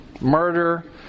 murder